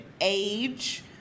age